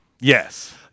Yes